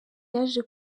yaje